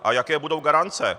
A jaké budou garance?